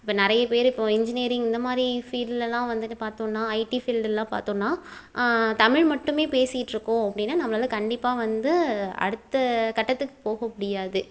இப்போ நிறைய பேர் இப்போ இன்ஜினியரிங் இந்த மாரி ஃபீல்டுலலாம் வந்துவிட்டு பார்த்தோன்னா ஐடி ஃபீல்டுலலாம் பார்த்தோன்னா தமிழ் மட்டுமே பேசியிட்டுருக்கோம் அப்படின்னா நம்மளால் கண்டிப்பாக வந்து அடுத்த கட்டத்துக்கு போக முடியாது